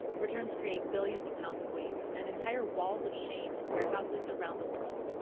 returns create billions of pounds of waste and entire walls of shame in warehouses around the world.